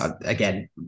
again